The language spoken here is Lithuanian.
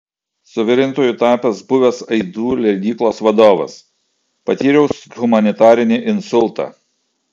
suvirintoju tapęs buvęs aidų leidyklos vadovas patyriau humanitarinį insultą